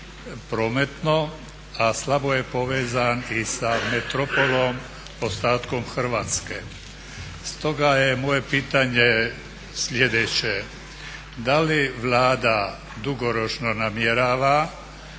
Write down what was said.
prometno, a slabo je povezan i sa metropolom ostatkom Hrvatske. Stoga je moje pitanje sljedeće, da li Vlada dugoročno namjerava